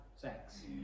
Sex